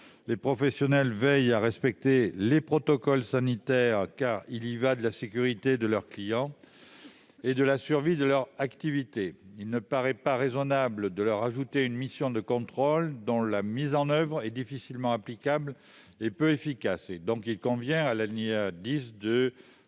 Les professionnels veillent à respecter les protocoles sanitaires, car il y va de la sécurité de leurs clients et de la survie de leur activité. Il ne paraît donc pas raisonnable de leur ajouter une mission de contrôle dont la mise en oeuvre est difficilement applicable et peu efficace. Il convient donc de